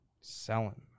Selling